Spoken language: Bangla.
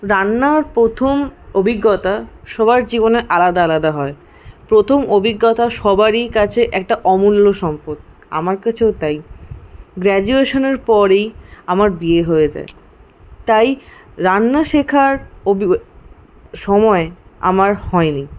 রান্নার প্রথম অভিজ্ঞতা সবার জীবনে আলাদা আলাদা হয় প্রথম অভিজ্ঞতা সবারই কাছে একটা অমূল্য সম্পদ আমার কাছেও তাই গ্র্যাজুয়েশনের পরেই আমার বিয়ে হয়ে যায় তাই রান্না শেখার সময় আমার হয়নি